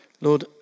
Lord